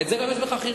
זה יש גם בחכירה.